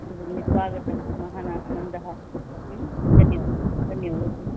अस्तु भगिनि स्वागतं महान् आनन्दः धन्यवादः धन्यवादः